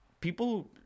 people